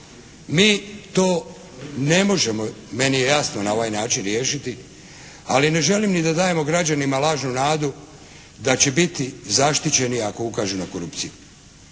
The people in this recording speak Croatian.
Mi to ne možemo. Meni je jasno na ovaj način riješiti, ali ne želim ni da dajemo građanima lažnu nadu da će biti zaštićeni ako ukažu na korupciju.